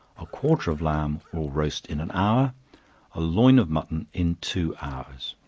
a quarter of lamb will roast in an hour a loin of mutton in two hours.